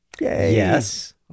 Yes